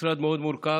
משרד מאוד מורכב